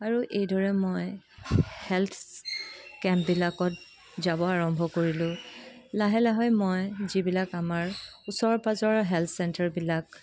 আৰু এইদৰে মই হেলথ কেম্পবিলাকত যাব আৰম্ভ কৰিলো লাহে লাহে মই যিবিলাক আমাৰ ওচৰ পাজৰ হেলথ চেণ্টাৰবিলাক